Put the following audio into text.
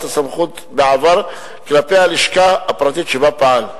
הסמכות בעבר כלפי הלשכה הפרטית שבה פעל.